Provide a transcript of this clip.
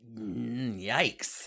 Yikes